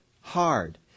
hard